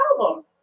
album